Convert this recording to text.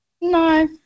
No